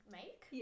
make